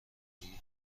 دیگه